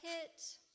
hit